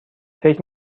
فکر